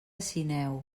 sineu